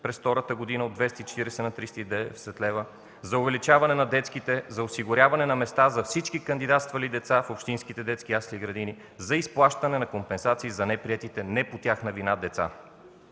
през втората година от 240 на 310 лева, за увеличаване на детските, за осигуряване на места за всички кандидатствали деца в общинските детски ясли и градини, за изплащане на компенсации за неприетите не по тяхна вина деца.